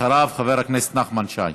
אחריו, חבר הכנסת נחמן שי.